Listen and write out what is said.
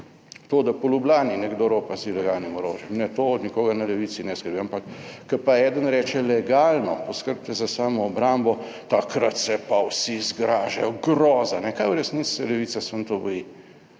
To, da po Ljubljani nekdo ropa z ilegalnim orožjem. Ne, to od nikogar na levici ne skrbi. Ampak, ko pa eden reče: "Legalno poskrbite za samoobrambo!" - takrat se pa vsi zgražajo. Groza. Kaj v resnici se levica samo to boji,